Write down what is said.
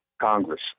Congress